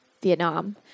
Vietnam